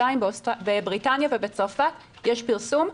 בשתיים בבריטניה ובצרפת יש פרסום,